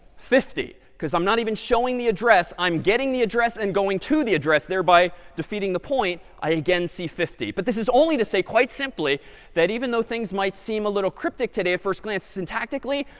fifty, because i'm not even showing the address. i'm getting the address and going to the address, thereby defeating the point. i again see fifty. but this is only to say quite simply that even though things might seem a little cryptic today at first glance, syntactically,